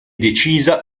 decisa